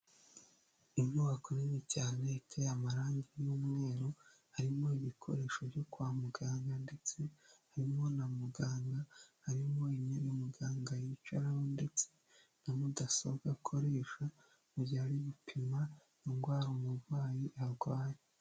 Inyubako nini cyane iteye amarangi y'umweru; harimo ibikoresho byo kwa muganga ndetse harimo na muganga; harimo imyanya muganga yicaraho ndetse na mudasobwa akoresha; mu gihe ari gupima indwara umurwayi arwaye.